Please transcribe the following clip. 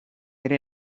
ere